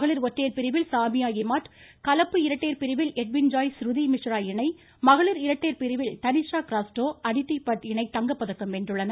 மகளிர் ஒற்றையர் பிரிவில் சாமியா இமாட் கலப்பு இரட்டையர் பிரிவில் எட்வின் ஜாய் ஸ்ருதி மிஷ்ரா இணை மகளிர் இரட்டையர் பிரிவில் தனிஷா கிராஸ்டோ அடிட்டி பட் இணை தங்கப்பதக்கம் வென்றன